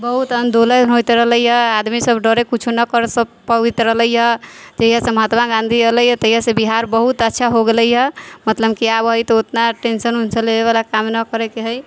बहुत आंदोलन होयत रहलैया आदमी सब डरे कुछो ना कर सक पबैत रहलैया जहिया से महात्मा गांधी अयले है तहिया से बिहार बहुत अच्छा हो गेलैया मतलब की आब है तऽ उतना टेंसन उनसन लेबय बला काम ना करे के है